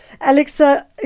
Alexa